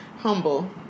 Humble